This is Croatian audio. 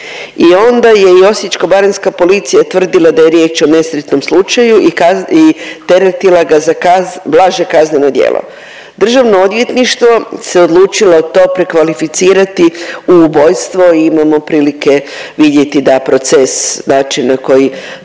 I onda je i Osječko-baranjska policija tvrdila da je riječ o nesretnom slučaju i teretila ga za blaže kazneno djelo. Državno odvjetništvo se odlučilo to prekvalificirali u ubojstvo i imamo prilike vidjeti da proces način na koji